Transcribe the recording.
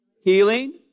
healing